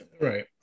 Right